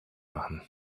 machen